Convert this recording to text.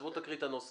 אז בוא תקרא את הנוסח